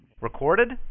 Recorded